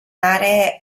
aree